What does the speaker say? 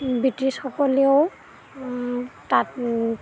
ব্ৰিটিছসকলেও তাত